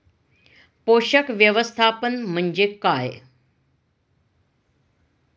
पोषक व्यवस्थापन म्हणजे काय?